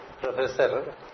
professor